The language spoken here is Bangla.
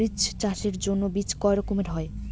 মরিচ চাষের জন্য বীজ কয় রকমের হয়?